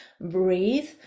breathe